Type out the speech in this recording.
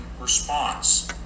response